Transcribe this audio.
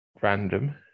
Random